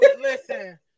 Listen